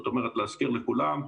זאת אומרת, להזכיר לכולם,